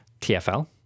TfL